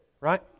right